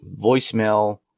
voicemail